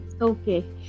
Okay